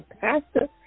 Pastor